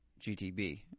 GTB